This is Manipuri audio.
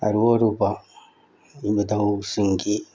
ꯑꯔꯨ ꯑꯔꯨꯕ ꯏꯕꯨꯙꯧꯁꯤꯡꯒꯤ